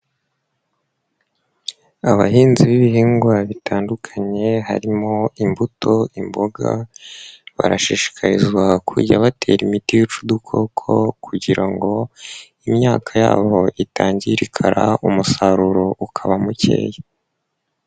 Abahinzi b'ibihingwa bitandukanye harimo imbuto, imboga, barashishikarizwa kujya batera imiti yica udukoko kugira ngo imyaka yabo itangirikara umusaruro ukaba mukeya.